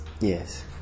Yes